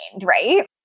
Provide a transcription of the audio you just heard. right